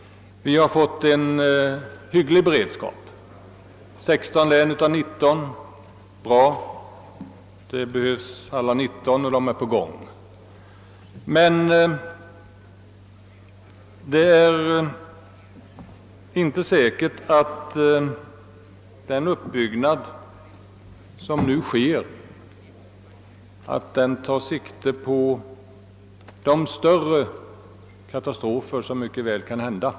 Vi har fått en hygglig beredskap. I 16 län av 19 är den bra. Men den måste bli det i alla 19 och arbetet med att förbättra den pågår. Men det är inte säkert att den uppbyggnad som nu görs tar sikte på de större katastrofer som mycket väl kan inträffa.